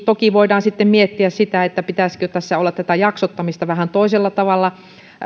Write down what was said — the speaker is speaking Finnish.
toki voidaan sitten miettiä pitäisikö tässä tuessa olla jaksottamista vähän toisella tavalla